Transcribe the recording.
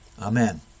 Amen